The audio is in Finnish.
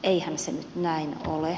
eihän se nyt näin ole